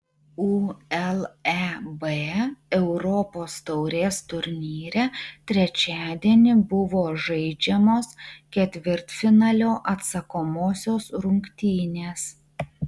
uleb europos taurės turnyre trečiadienį buvo žaidžiamos ketvirtfinalio atsakomosios rungtynės